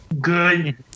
good